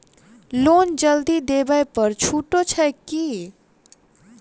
Loan जल्दी देबै पर छुटो छैक की?